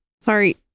Sorry